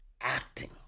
acting